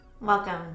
Welcome